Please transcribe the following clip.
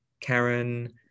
Karen